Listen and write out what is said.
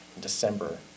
December